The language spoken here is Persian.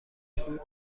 رود